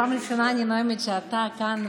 פעם ראשונה אני נואמת כשאתה כאן,